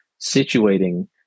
situating